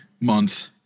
month